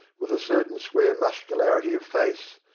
with a certain square muscularity of face,